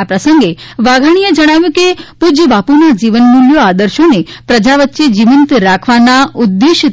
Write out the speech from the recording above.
આ પ્રસંગે વાઘાણીએ જણાવ્યું હતું કે પુજ્ય બાપુના જીવનમૂલ્યો આદર્શોને પ્રજા વચ્ચે જીવંત રાખવાના ઉદ્દેશ